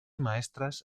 maestras